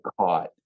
caught